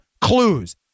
clues